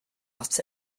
ata